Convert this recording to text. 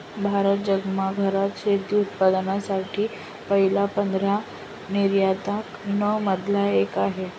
भारत जगात घरात शेती उत्पादकांसाठी पहिल्या पंधरा निर्यातकां न मधला एक आहे